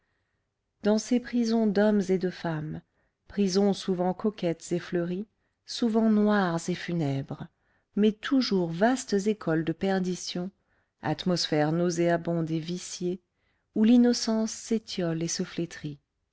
dans ces prisons d'hommes et de femmes prisons souvent coquettes et fleuries souvent noires et funèbres mais toujours vastes écoles de perdition atmosphère nauséabonde et viciée où l'innocence s'étiole et se flétrit